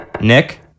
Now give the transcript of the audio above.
Nick